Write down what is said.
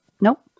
Nope